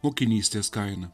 mokinystės kaina